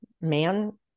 man